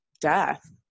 death